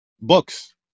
Books